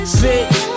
bitch